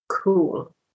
Cool